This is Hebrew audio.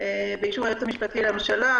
באישור היועץ המשפטי לממשלה,